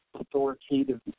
authoritative